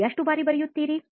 ನೀವು ಎಷ್ಟು ಬಾರಿ ಬರೆಯುತ್ತೀರಿ